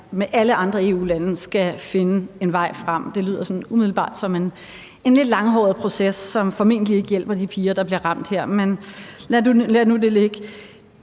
med alle andre EU-lande skal finde en vej frem, lyder sådan umiddelbart som en lidt langhåret proces, som formentlig ikke hjælper de piger, der her bliver ramt, men lad det nu ligge.